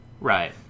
right